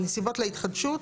הנסיבות להתחדשות,